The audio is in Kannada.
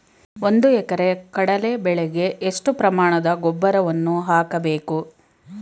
ಒಂದು ಎಕರೆ ಕಡಲೆ ಬೆಳೆಗೆ ಎಷ್ಟು ಪ್ರಮಾಣದ ಗೊಬ್ಬರವನ್ನು ಹಾಕಬೇಕು?